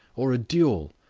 or a duel,